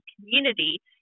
community